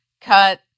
cut